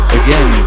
again